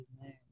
Amen